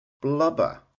Blubber